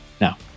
Now